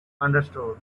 understood